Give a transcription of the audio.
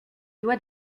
doit